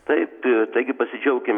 taip taigi pasidžiaukim